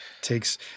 takes